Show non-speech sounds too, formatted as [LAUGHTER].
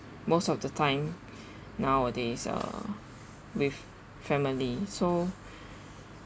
most of the time [BREATH] nowadays ah with family so